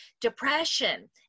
depression